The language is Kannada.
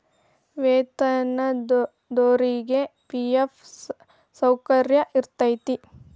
ವೇತನದೊರಿಗಿ ಫಿ.ಎಫ್ ಸೌಕರ್ಯ ಇರತೈತಿ